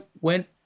went